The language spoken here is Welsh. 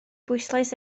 bwyslais